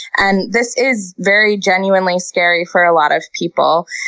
and this is very genuinely scary for a lot of people.